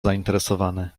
zainteresowany